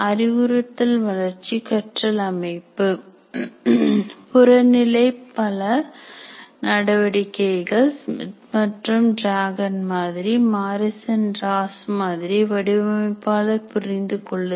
அறிவுறுத்தல் வளர்ச்சி கற்றல் அமைப்பு புறநிலை பல நடவடிக்கைகள் ஸ்மித் மற்றும் டிராகன் மாதிரி மாரிசன் ராஸ் மாதிரி வடிவமைப்பாளர் புரிந்துகொள்ளுதல்